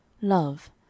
love